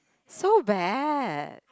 so bad